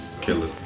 killer